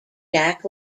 jack